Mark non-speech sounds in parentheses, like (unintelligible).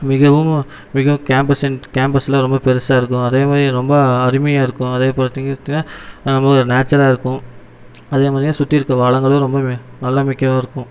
மிகவும் மிகவும் கேம்பஸ் இன்ட் கேம்பஸ்லாம் ரொம்ப பெருசாக இருக்கும் அதே மாதிரி ரொம்ப அருமையாக இருக்கும் அதே பார்த்து (unintelligible) ரொம்ப நேச்சராக இருக்கும் அதேமாதிரி பார்த்திங்கன்னா சுற்றி இருக்க வளங்களும் ரொம்பவுமே வளமிக்கயாகவும் இருக்கும்